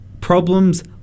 problems